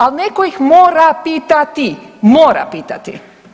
Ali netko ih mora pitati, mora pitati.